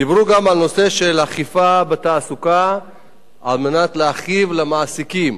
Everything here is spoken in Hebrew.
דיברו גם על הנושא של אכיפה בתעסוקה על מנת להכאיב למעסיקים.